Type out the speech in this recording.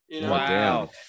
wow